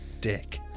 dick